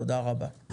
תודה רבה.